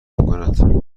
میکند